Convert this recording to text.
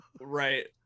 Right